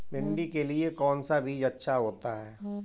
भिंडी के लिए कौन सा बीज अच्छा होता है?